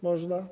Można?